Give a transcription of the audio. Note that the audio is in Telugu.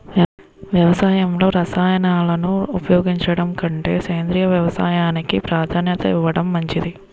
వ్యవసాయంలో రసాయనాలను ఉపయోగించడం కంటే సేంద్రియ వ్యవసాయానికి ప్రాధాన్యత ఇవ్వడం మంచిది